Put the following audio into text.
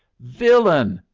villain!